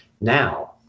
now